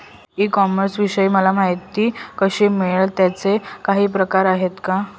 E कॉमर्सविषयी मला माहिती कशी मिळेल? त्याचे काही प्रकार आहेत का?